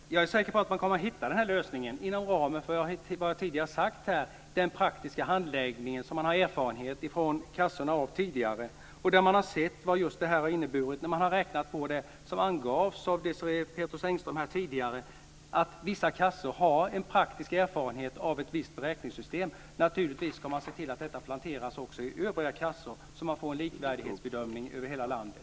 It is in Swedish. Fru talman! Jag är säker på att man kommer att hitta lösningen inom ramen för vad jag tidigare har sagt här, nämligen den praktiska handläggning som kassorna har erfarenhet av. Man har sett vad det har inneburit när man har räknat på det sätt som angavs av Desirée Pethrus Engström tidigare. Vissa kassor har en praktisk erfarenhet av ett visst beräkningssystem. Naturligtvis ska man se till att detta planteras också hos övriga kassor, så att det blir en likvärdig bedömning i hela landet.